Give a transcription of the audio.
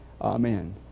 Amen